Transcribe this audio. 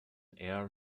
air